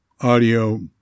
Audio